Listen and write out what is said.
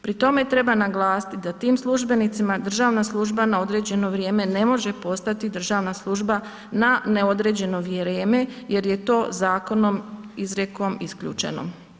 Pri tome treba naglasiti da tim službenicima državna služba na određeno vrijeme ne može postati državna služba na neodređeno vrijeme jer je to zakonom, izrijekom isključeno.